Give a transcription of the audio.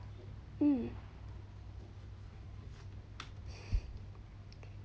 hmm